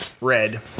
Red